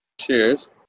Cheers